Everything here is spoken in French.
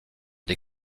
des